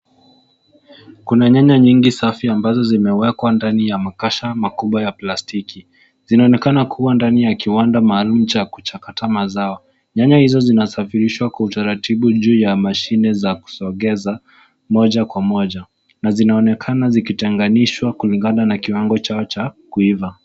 Kuna nyanya nyingi safi ambazo zimewekwa ndani ya makasha makubwa ya plastiki. Zinaonekana kuwa ndani ya kiwanda maalum cha kuchakata mazao. Nyanya hizo zinasafirishwa kwa utaratibu juu ya mashine za kusogeza, moja kwa moja. Na zinaonekana zikitenganishwa kulingana na kiwango chao cha, kuiva.